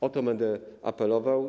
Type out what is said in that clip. O to będę apelował.